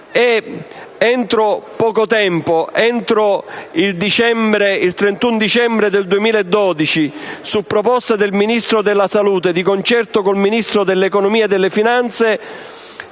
ed entro poco tempo (il 31 dicembre 2012), su proposta del Ministro della salute di concerto con il Ministro dell'economia e delle finanze,